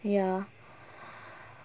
ya